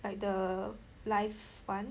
like the life one